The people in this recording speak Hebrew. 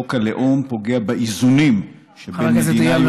חוק הלאום פוגע באיזונים שבין מדינה יהודית לדמוקרטית,